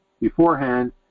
beforehand